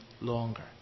longer